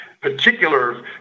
particular